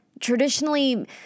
Traditionally